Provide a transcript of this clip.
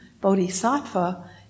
bodhisattva